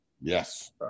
Yes